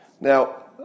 Now